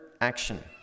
action